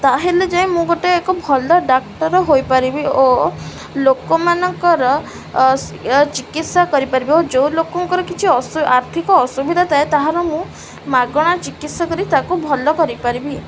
ତାହେଲେ ଯାଇ ମୁଁ ଗୋଟେ ଏକ ଭଲ ଡାକ୍ତର ହୋଇପାରିବି ଓ ଲୋକମାନଙ୍କର ଚିକିତ୍ସା କରିପାରିବି ଓ ଯୋଉ ଲୋକଙ୍କର କିଛି ଆର୍ଥିକ ଅସୁବିଧା ଥାଏ ତାହାର ମୁଁ ମାଗଣା ଚିକିତ୍ସା କରି ତାକୁ ଭଲ କରିପାରିବି